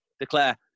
declare